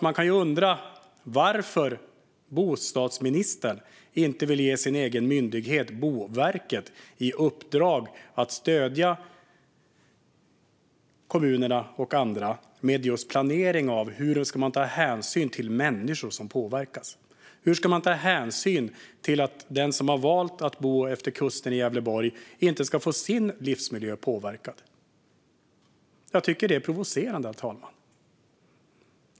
Man kan undra varför bostadsministern inte vill ge sin egen myndighet Boverket i uppdrag att stödja kommuner och andra med just planering av hur man ska ta hänsyn till människor som påverkas. Hur ska man ta hänsyn till att den som har valt att bo utefter kusten i Gävleborg inte ska få sin livsmiljö påverkad? Jag tycker att det är provocerande, herr talman.